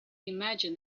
imagine